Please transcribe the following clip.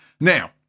Now